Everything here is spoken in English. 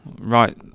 right